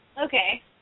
Okay